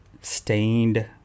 stained